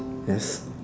yes